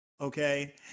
Okay